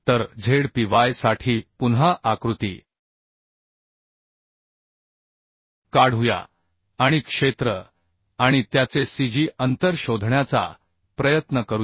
तर zpy साठी पुन्हा आकृती काढूया आणि क्षेत्र आणि त्याचे cg अंतर शोधण्याचा प्रयत्न करूया